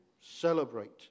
Celebrate